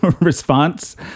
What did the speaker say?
response